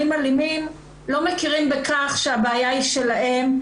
אלימים לא מכירים בכך שהבעיה היא שלהם,